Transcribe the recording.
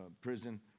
prison